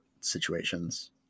situations